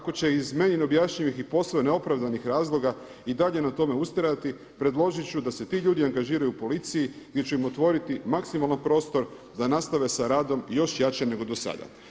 Ako će iz meni neobjašnjivih i posve neopravdanih razloga i dalje na tome ustrajati predložiti ću da se ti ljudi angažiraju u policiji gdje ću im otvoriti maksimalan prostor da nastave sa radom još jače nego do sada.